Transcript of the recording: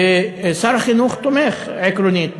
ושר החינוך תומך עקרונית